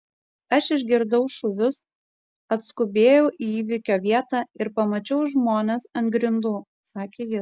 aš išgirdau šūvius atskubėjau į įvykio vietą ir pamačiau žmones ant grindų sakė jis